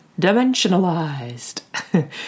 dimensionalized